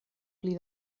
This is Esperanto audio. pli